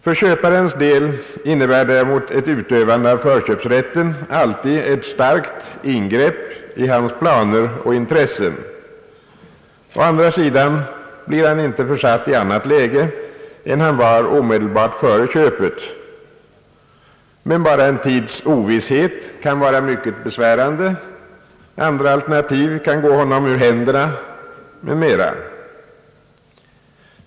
För köparens del innebär däremot ett utövande av förköpsrätten alltid ett starkt ingrepp i hans planer och intressen, Å andra sidan blir han inte försatt i annat läge än han var omedelbart före köpet. Men bara en tids ovisshet kan vara mycket besvärande; andra alternativ kan gå honom ur händerna etc.